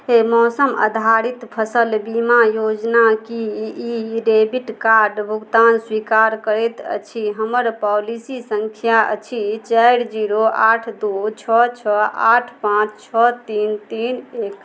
मौसम आधारित फसल बीमा योजना की ई डेबिट कार्ड भुगतान स्वीकार करैत अछि हमर पॉलिसी संख्या अछि चारि जीरो आठ दू छओ छओ आठ पाँच छओ तीन तीन एक